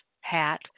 hat